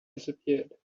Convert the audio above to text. disappeared